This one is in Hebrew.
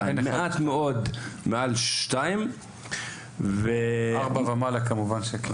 מעט מאוד מעל 2. 4 ומעלה כמובן שכמעט.